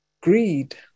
greed